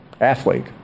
athlete